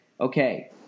Okay